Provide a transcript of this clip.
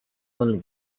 only